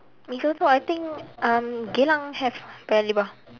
mee soto I think um geylang have paya-lebar